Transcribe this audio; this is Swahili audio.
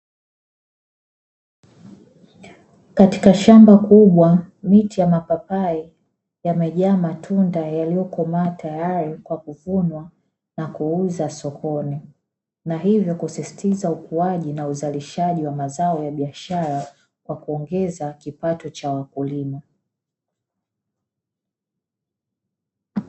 Katika shamba kubwa miti ya mipapai imejaa matunda yaliyo komaa, tayari kwa kuvunwa na kuuza sokoni na hivyo kusisitiza ukuaji na uzalishaji wa mazao ya biashara na kuongeza kipato cha wakulima.